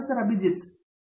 professor Abhijit P